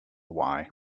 why